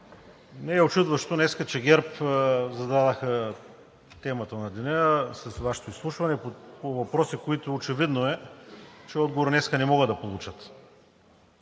не е учудващо днес, че ГЕРБ зададоха темата на деня с Вашето изслушване по въпроси, които очевидно е, че отговор днес не могат да получат